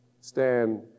Stand